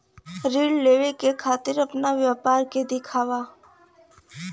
ऋण लेवे के खातिर अपना व्यापार के दिखावा?